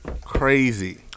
crazy